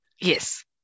Yes